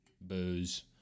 booze